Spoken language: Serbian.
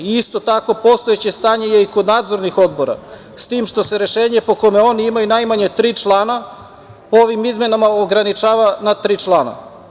Isto tako, postojeće stanje je i kod nadzornih odbora, s tim što se rešenje po kojem oni imaju najmanje tri člana po ovim izmenama ograničava na tri člana.